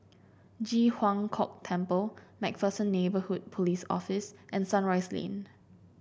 Ji Huang Kok Temple MacPherson Neighbourhood Police Office and Sunrise Lane